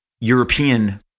European